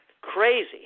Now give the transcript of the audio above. Crazy